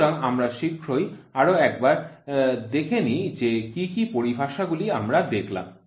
সুতরাং আমরা শীঘ্রই আরো একবার দেখেনিই যে কি কি পরিভাষাগুলি আমরা দেখলাম